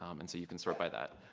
um and so you can sort by that.